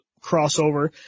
crossover